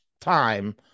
time